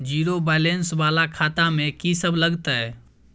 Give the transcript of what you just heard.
Zero balance वाला खाता में की सब लगतै?